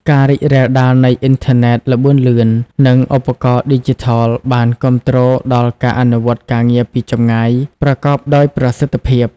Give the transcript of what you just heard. ការរីករាលដាលនៃអ៊ីនធឺណិតល្បឿនលឿន និងឧបករណ៍ឌីជីថល បាន គាំទ្រដល់ការអនុវត្តការងារពីចម្ងាយ ប្រកបដោយប្រសិទ្ធភាព។